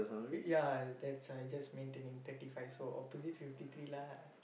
ya that I just maintaining thirty five so opposite fifty three lah